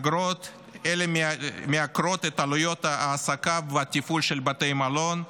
אגרות אלה מייקרות את עלויות ההעסקה והתפעול של בתי מלון,